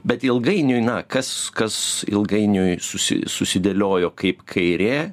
bet ilgainiui na kas kas ilgainiui susi susidėliojo kaip kairė